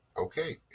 okay